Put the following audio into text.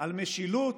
על משילות?